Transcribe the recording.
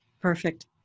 Perfect